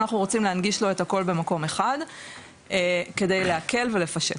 אנחנו רוצים להנגיש לו את הכל במקום אחד כדי להקל ולפשט.